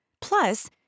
Plus